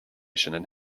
and